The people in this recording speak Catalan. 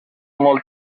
molt